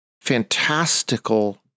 fantastical